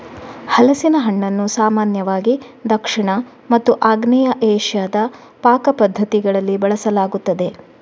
ಹಲಸಿನ ಹಣ್ಣನ್ನು ಸಾಮಾನ್ಯವಾಗಿ ದಕ್ಷಿಣ ಮತ್ತು ಆಗ್ನೇಯ ಏಷ್ಯಾದ ಪಾಕ ಪದ್ಧತಿಗಳಲ್ಲಿ ಬಳಸಲಾಗುತ್ತದೆ